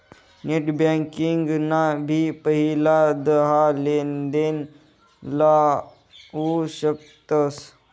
net banking ना भी पहिला दहा लेनदेण लाऊ शकतस